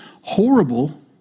horrible